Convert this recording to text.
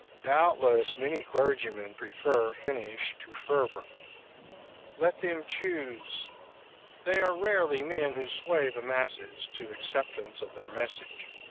doubtless many clergymen prefer finish to fervor let them choose they are rarely men who sway the masses to acceptance of their message.